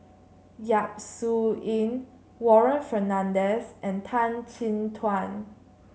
Yap Su Yin Warren Fernandez and Tan Chin Tuan